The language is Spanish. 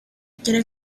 quiere